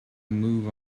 move